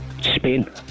Spain